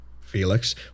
Felix